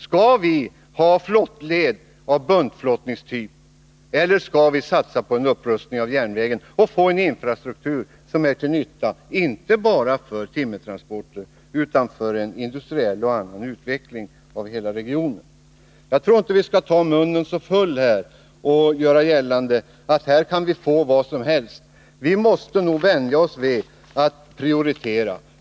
Skall vi ha flottleder av buntflottningstyp, eller skall vi satsa på en upprustning av järnvägen och få en infrastruktur, som är till nytta inte bara för timmertransporter utan också för en industriell och allmän utveckling av hela regionen? Jag tror inte att vi skall ta munnen så full av ord och göra gällande att vi kan få vad som helst. Vi måste nog vänja oss vid att prioritera.